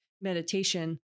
meditation